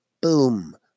boom